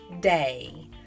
Day